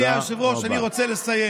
אדוני היושב-ראש, אני רוצה לסיים.